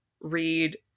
read